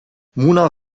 mona